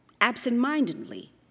absentmindedly